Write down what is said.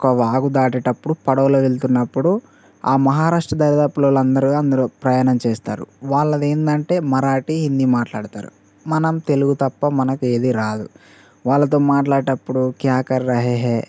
ఒక వాగు దాటేటప్పుడు పడవలో వెళ్తున్నప్పుడు ఆ మహారాష్ట్ర దరిదాపులల్లో అందరు అందరు ప్రయాణం చేస్తారు వాళ్ళది ఏంటంటే మరాఠీ హిందీ మాట్లాడుతారు మనం తెలుగు తప్ప మనకు ఏది రాదు వాళ్లతో మాట్లాడేటప్పుడు క్యా కర్ రహే హై